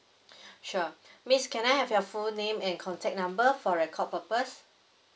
sure miss can I have your full name and contact number for record purpose